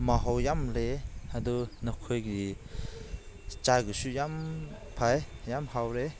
ꯃꯍꯥꯎ ꯌꯥꯝ ꯂꯩꯌꯦ ꯑꯗꯨ ꯅꯈꯣꯏꯒꯤ ꯆꯥꯛꯇꯨꯁꯨ ꯌꯥꯝ ꯐꯩ ꯌꯥꯝ ꯍꯥꯎꯔꯦ